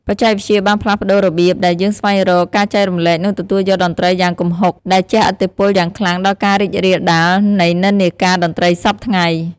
បច្ចេកវិទ្យាបានផ្លាស់ប្ដូររបៀបដែលយើងស្វែងរក ការចែករំលែក និងទទួលយកតន្ត្រីយ៉ាងគំហុក ដែលជះឥទ្ធិពលយ៉ាងខ្លាំងដល់ការរីករាលដាលនៃនិន្នាការតន្ត្រីសព្វថ្ងៃ។